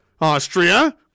austria